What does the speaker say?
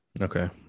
Okay